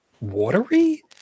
watery